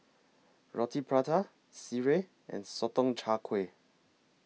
Roti Prata Sireh and Sotong Char Kway